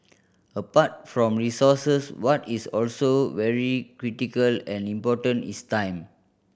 apart from resources what is also very critical and important is time